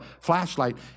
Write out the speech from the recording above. flashlight